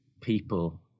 people